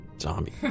zombie